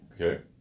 Okay